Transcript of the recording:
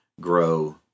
grow